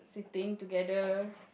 being together